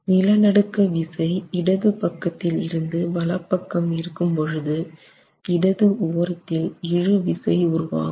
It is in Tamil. நிலநடுக்க விசை இடது பக்கத்தில் இருந்து வலப்பக்கம் இருக்கும் போது இடது ஓரத்தில் இழுவிசை உருவாகும்